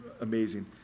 amazing